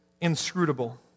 inscrutable